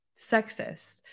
sexist